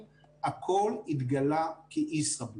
על שולחנם סמוכים עשרות